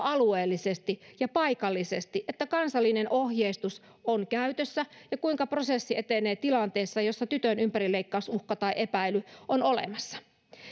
alueellisesti ja paikallisesti että kansallinen ohjeistus on käytössä ja kuinka prosessi etenee tilanteessa jossa tytön ympärileikkausuhka tai epäily on olemassa